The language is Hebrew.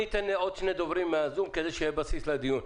אתן את רשות הדיבור לעוד שני דוברים מן הזום כדי שיהיה בסיס לדיון.